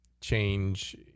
change